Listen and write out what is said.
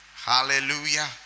hallelujah